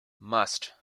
must